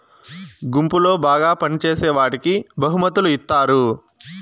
గుంపులో బాగా పని చేసేవాడికి బహుమతులు ఇత్తారు